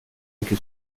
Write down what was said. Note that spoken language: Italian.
anche